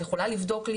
את יכולה לבדוק לי,